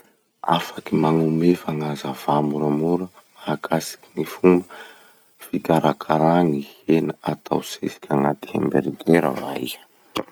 Afaky magnome fagnazavà moramora mahakasiky ny fomba fikarakara ny hena atao sesiky agnaty hamburger va iha?